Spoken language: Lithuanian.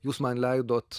jūs man leidot